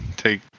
Take